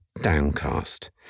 downcast